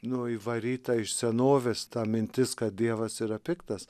nu įvaryta iš senovės ta mintis kad dievas yra piktas